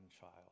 child